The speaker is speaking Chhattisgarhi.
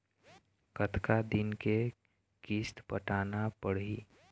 कतका दिन के किस्त पटाना पड़ही?